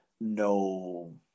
no